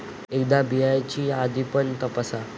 एकदा बियांची यादी पण तपासा